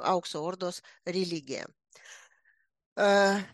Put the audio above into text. aukso ordos religija